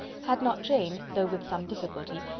had not jane, though with some difficulty,